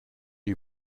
you